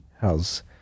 How's